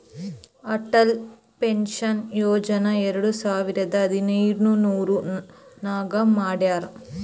Atal pension Yojana ಎರಡು ಸಾವಿರದ ಹದಿನೈದ್ ನಾಗ್ ಮಾಡ್ಯಾರ್